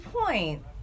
point